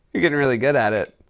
you're getting really good at it.